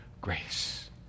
grace